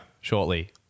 shortly